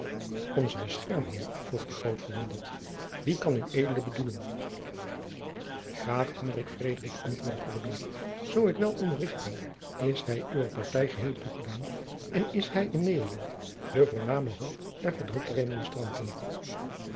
onzen beschermheer vroeg de groot verwonderd wie kan ued bedoelen graaf hendrik frederik antwoordde grobbendonck zoo ik wel onderricht ben is hij uwer partij geheel toegedaan en is hij in nederland de voorname hoop der verdrukte